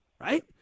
Right